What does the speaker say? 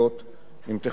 נמתחה ביקורת,